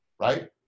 right